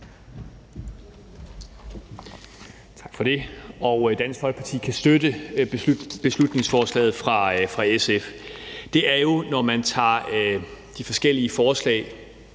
Tak for det. Dansk Folkeparti kan støtte beslutningsforslaget fra SF. Det er, når man tager de forskellige forslag